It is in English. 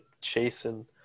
chasing